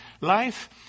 life